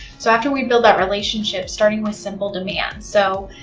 so, after we build that relationship, starting with simple demands. so,